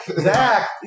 Zach